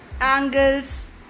angles